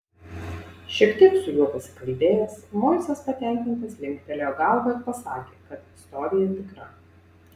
šiek tiek su juo pasikalbėjęs moisas patenkintas linktelėjo galva ir pasakė kad istorija tikra